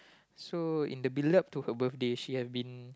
so in the build up to her birthday she had been